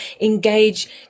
engage